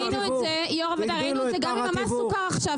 ראינו את זה גם עם מס הסוכר עכשיו,